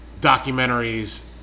documentaries